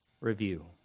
Review